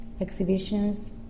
exhibitions